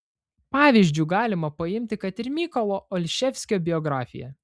pavyzdžiu galima paimti kad ir mykolo olševskio biografiją